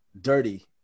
dirty